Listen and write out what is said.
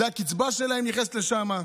הקצבה שלהם נכנסת לשם.